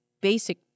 basic